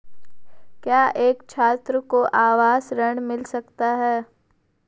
क्या एक छात्र को आवास ऋण मिल सकता है?